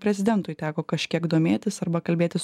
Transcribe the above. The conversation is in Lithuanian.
prezidentui teko kažkiek domėtis arba kalbėtis